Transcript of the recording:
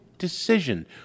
Decision